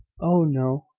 oh, no,